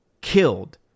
killed